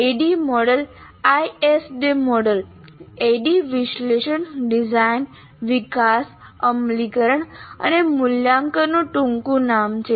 ADDIE model ISD model ADDIE વિશ્લેષણ design વિકાસ અમલીકરણ અને મૂલ્યાંકનનું ટૂંકું નામ છે